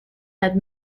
had